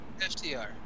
FTR